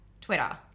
Twitter